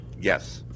Yes